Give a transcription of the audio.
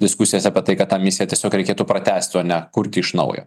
diskusijas apie tai kad tą misiją tiesiog reikėtų pratęst o ne kurti iš naujo